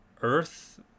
Earth